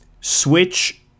Switch